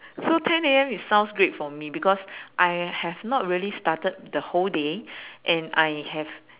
so ten A_M it sounds great for me because I have not really started the whole day and I have